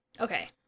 Okay